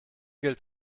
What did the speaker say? gilt